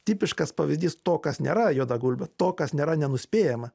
tipiškas pavyzdys to kas nėra juoda gulbė to kas nėra nenuspėjama